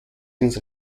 ins